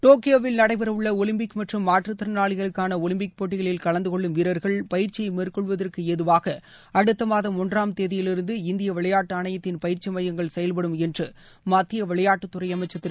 டோக்கியோவில் நடைபெற உள்ள ஒலிம்பிக் மற்றும் மாற்றுத் திறணாளிகளுக்கான ஒலிம்பிக் போட்டிகளில் கலந்து கொள்ளும் வீரர்கள் பயிற்சியை மேற்கொள்வதற்கு ஏதுவாக அடுத்த மாதம் ஒன்றாம் தேதியிலிருந்து இநதிய விளையாட்டு ஆணையத்தின் பயிற்சி மையங்கள் செயல்படும் என்று மத்திய விளையாட்டுத் துறை அமைச்சர் திரு